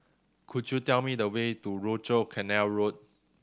could you tell me the way to Rochor Canal Road